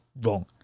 wrong